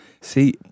See